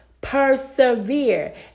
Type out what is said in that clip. persevere